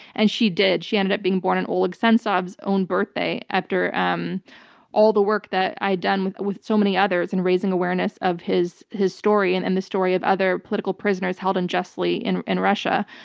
and she did. she ended up being born on and oleg sentsov's own birthday, after um all the work that i'd done with with so many others, in raising awareness of his his story and and the story of other political prisoners held unjustly in in russia.